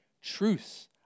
truths